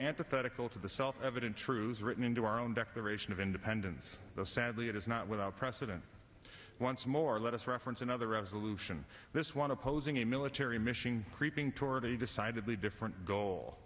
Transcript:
antithetical to the self evident truth written into our own declaration of independence sadly it is not without precedent once more let us reference another resolution this one opposing a military mission creeping toward a decidedly different goal